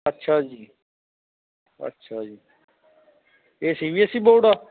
ਅੱਛਾ ਜੀ ਅੱਛਾ ਜੀ ਇਹ C B S E board ਆ